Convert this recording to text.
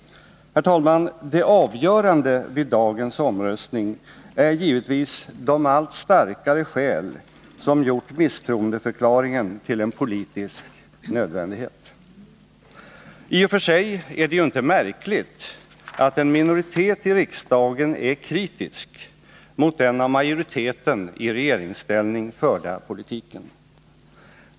Herr talman! Det avgörande vid dagens omröstning är givetvis de allt starkare skäl som gjort misstroendeförklaringen till en politisk nödvändighet. I och för sig är det ju inte märkligt att en minoritet i riksdagen är kritisk mot den av majoriteten i regeringsställning förda politiken.